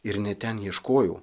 ir ne ten ieškojau